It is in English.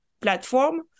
platform